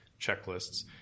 checklists